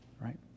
right